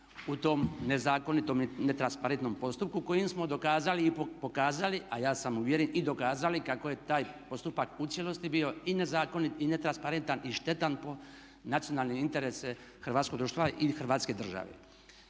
u tom nezakonitom i netransparentnom postupku kojim smo dokazali i pokazali a ja sam uvjeren i dokazali kako je taj postupak u cijelosti bio i nezakonit i netransparentan i štetan po nacionalne interese hrvatskog društva i hrvatske države.